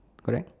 correct